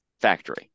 factory